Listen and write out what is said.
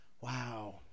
wow